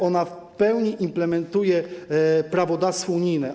Ona w pełni implementuje prawodawstwo unijne.